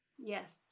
Yes